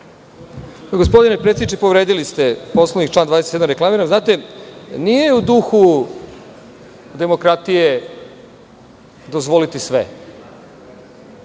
Gospodine predsedniče, povredili ste Poslovnik, član 27. reklamiram. Znate, nije u duhu demokratije dozvoliti sve.